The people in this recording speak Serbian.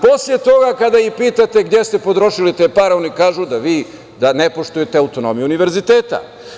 Posle toga, kada ih pitate gde ste potrošili te pare, oni kažu da vi ne poštujete autonomiju univerziteta.